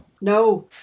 No